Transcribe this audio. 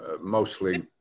mostly